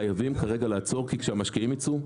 חייבים כרגע לעצור כי כשהמשקיעים יצאו,